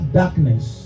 darkness